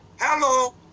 hello